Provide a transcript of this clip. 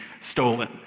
stolen